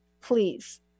please